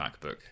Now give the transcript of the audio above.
MacBook